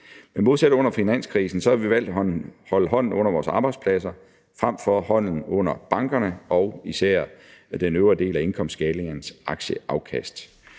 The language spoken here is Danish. Men modsat under finanskrisen har vi valgt at holde hånden under vores arbejdspladser frem for at holde hånden under bankerne og især den øvrige del af indkomstskalaens aktieafkast.